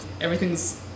Everything's